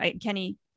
Kenny